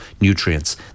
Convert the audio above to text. nutrients